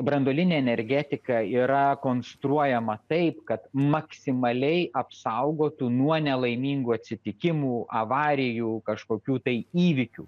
branduolinė energetika yra konstruojama taip kad maksimaliai apsaugotų nuo nelaimingų atsitikimų avarijų kažkokių tai įvykių